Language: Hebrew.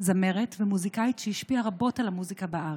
זמרת ומוזיקאית שהשפיעה רבות על המוזיקה בארץ,